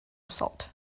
assault